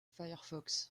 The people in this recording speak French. firefox